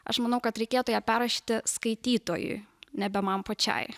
aš manau kad reikėtų ją perrašyti skaitytojui nebe man pačiai